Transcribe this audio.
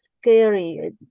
scary